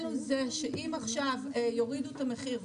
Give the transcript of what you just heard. אם יורידו את המחיר,